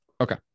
Okay